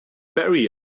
barry